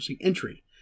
entry